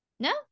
No